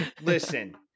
Listen